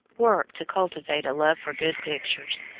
work to cultivate a love for good pictures,